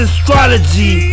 Astrology